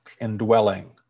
indwelling